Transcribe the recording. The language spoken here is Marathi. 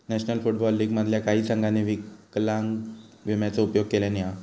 नॅशनल फुटबॉल लीग मधल्या काही संघांनी विकलांगता विम्याचो उपयोग केल्यानी हा